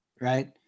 right